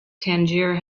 tangier